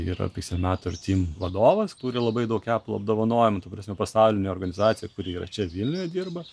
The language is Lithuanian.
yra pisenat ir tym vadovas turi labai daug apple apdovanojimų ta prasme pasaulinė organizacija kuri yra čia vilniuje dirba